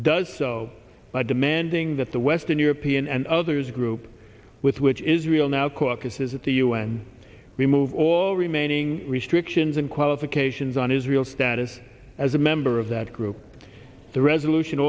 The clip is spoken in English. does so by demanding that the western european and others group with which israel now caucuses at the un remove all remaining restrictions and qualifications on israel's status as a member of that group the resolution